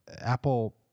Apple